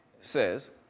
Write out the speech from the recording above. says